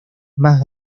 más